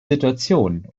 situation